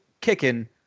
kicking